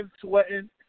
sweating